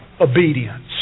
obedience